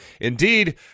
indeed